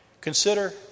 consider